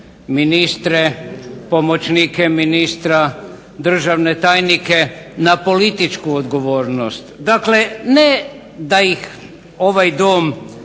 ministre, pomoćnike ministra, državne tajnike na političku odgovornost. Dakle, ne da ovaj Dom